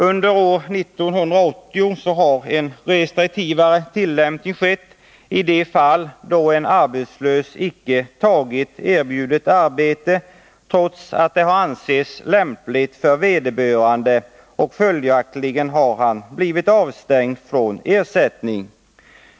Under år 1980 har en restriktivare tillämpning skett i de fall då en arbetslös icke tagit erbjudet arbete trots att det ansetts lämpligt för vederbörande, och därmed har denne blivit avstängd från ersättning.